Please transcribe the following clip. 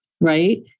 right